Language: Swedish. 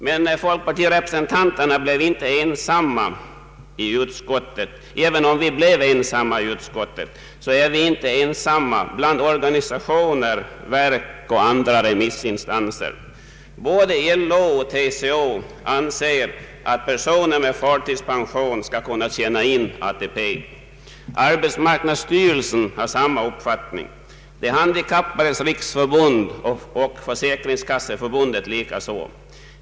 Men även om vi blev ensamma i utskottet är vi inte ensamma om denna uppfattning. Den delas av organisationer, verk och andra remissinstanser. Både LO och TCO anser att personer med förtidspension skall kunna tjäna in ATP. Arbetsmarknadsstyrelsen har samma uppfattning, De handikappades riksförbund och Försäkringskasseförbundet likaså.